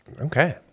Okay